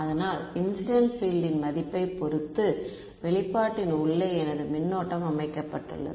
அதனால் incident field ன் மதிப்பைப் பொறுத்து வெளிப்பாட்டின் உள்ளே எனது மின்னோட்டம் அமைக்கப்பட்டது